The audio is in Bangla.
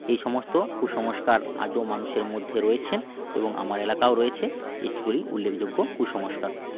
এই সমস্ত কুসংস্কার আজও মানুষের মধ্যে রয়েছেন এবং আমার এলাকাও রয়েছে এটিগুলিই উল্লেখযোগ্য কুসংস্কার